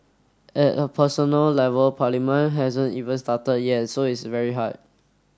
at a personal level parliament hasn't even started yet so it's very hard